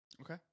Okay